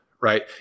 right